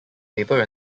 paper